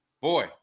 Boy